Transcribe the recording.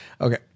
Okay